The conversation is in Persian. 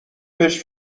بهش